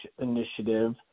initiative